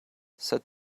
said